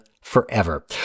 Forever